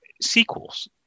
sequels